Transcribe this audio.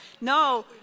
No